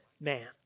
man